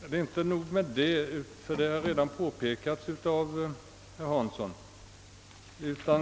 Det är emellertid inte nog med detta.